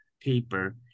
Paper